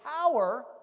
power